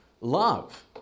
love